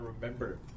remember